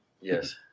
Yes